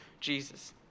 Jesus